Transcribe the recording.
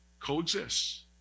coexist